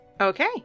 Okay